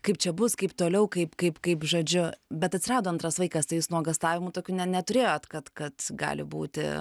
kaip čia bus kaip toliau kaip kaip kaip žodžiu bet atsirado antras vaikas tai jūs nuogąstavimų tokių neturėjot kad kad gali būti